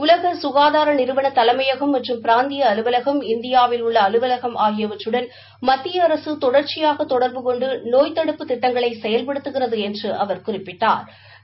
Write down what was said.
உலக சுகாதார நிறுவன தலைமையகம் மற்றும் பிராந்திய அலுவலகம் இந்தியாவில் உள்ள அலுவலகம் ஆகியவற்றுடன் மத்திய அரசு தொடர்ச்சியாக தொடர்பு கொண்டு நோய் தடுப்பு திட்டங்களை செயல்படுத்துகிறது என்று அவர் குறிப்பிட்டா்